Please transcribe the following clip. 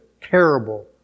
terrible